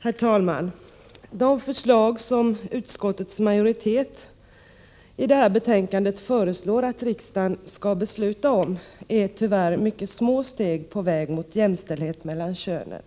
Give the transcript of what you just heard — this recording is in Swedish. Herr talman! De förslag som utskottets majoritet i detta betänkande föreslår att riksdagen skall besluta om är tyvärr mycket små steg på vägen mot jämställdhet mellan könen.